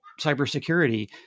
cybersecurity